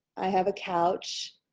i have a couch.